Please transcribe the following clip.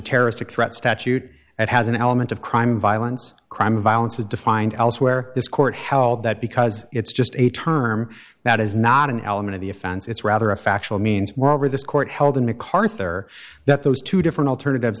terroristic threat statute that has an element of crime violence crime of violence as defined elsewhere this court held that because it's just a term that is not an element of the offense it's rather a factual means moreover this court held in macarthur that those two different alternatives